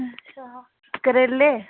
अच्छा करेले